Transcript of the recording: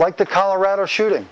like the colorado shooting